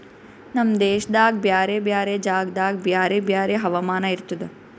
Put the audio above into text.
ನಮ್ ದೇಶದಾಗ್ ಬ್ಯಾರೆ ಬ್ಯಾರೆ ಜಾಗದಾಗ್ ಬ್ಯಾರೆ ಬ್ಯಾರೆ ಹವಾಮಾನ ಇರ್ತುದ